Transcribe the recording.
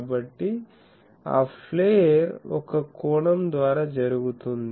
కాబట్టి ఆ ఫ్లేర్ ఒక కోణం ద్వారా జరుగుతుంది